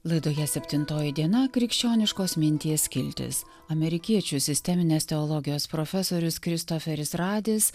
laidoje septintoji diena krikščioniškos minties skiltis amerikiečių sisteminės teologijos profesorius kristoferis radis